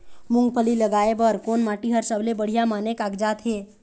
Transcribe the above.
मूंगफली लगाय बर कोन माटी हर सबले बढ़िया माने कागजात हे?